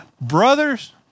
Brothers